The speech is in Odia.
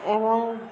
ଏବଂ